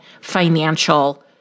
financial